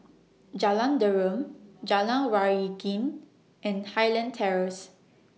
Jalan Derum Jalan Waringin and Highland Terrace